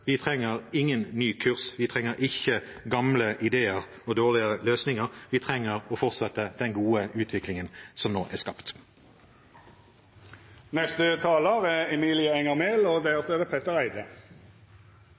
Vi trenger ingen ny kurs, vi trenger ikke gamle ideer og dårlige løsninger, vi trenger å fortsette den gode utviklingen som nå er skapt. Senterpartiet mener at Norge skal være et godt land å bo i, uansett hvor i landet man bor, og